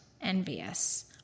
envious